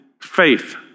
faith